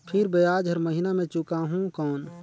फिर ब्याज हर महीना मे चुकाहू कौन?